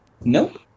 Nope